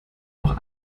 auch